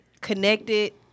connected